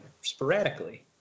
sporadically